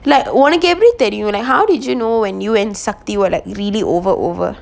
like ஒனக்கு எப்படி தெரியும்:onakku eppadi theriyum like how did you know when you and safti were like really over over